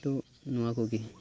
ᱛᱚ ᱱᱚᱶᱟ ᱠᱚᱜᱮ